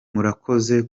murakoze